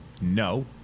No